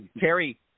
Terry